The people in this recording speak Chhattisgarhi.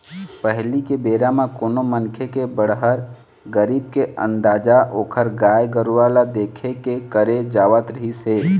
पहिली के बेरा म कोनो मनखे के बड़हर, गरीब के अंदाजा ओखर गाय गरूवा ल देख के करे जावत रिहिस हे